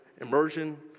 immersion